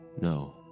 no